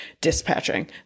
dispatching